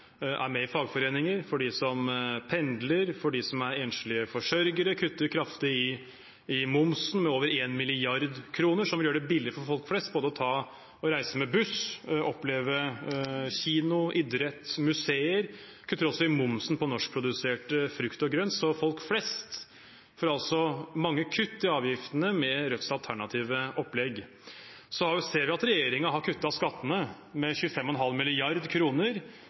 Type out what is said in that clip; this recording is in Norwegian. er med i fagforeninger, for dem som pendler, for dem som er enslige forsørgere. Vi kutter kraftig i momsen, med over 1 mrd. kr, som vil gjøre det billigere for folk flest både å reise med buss, oppleve kino, idrett, museer. Vi kutter også i momsen på norskprodusert frukt og grønt. Så folk flest får altså mange kutt i avgiftene med Rødts alternative opplegg. Så ser vi at regjeringen har kuttet skattene med 25,5